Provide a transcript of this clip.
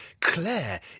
Claire